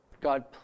God